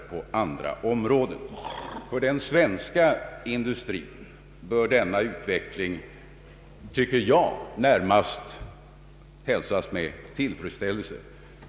Av den svenska industrin bör denna utveckling, tycker jag, närmast hälsas med tillfredsställelse.